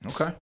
Okay